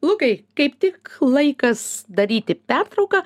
lukai kaip tik laikas daryti pertrauką